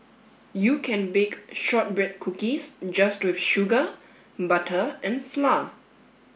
you can bake shortbread cookies just with sugar butter and flour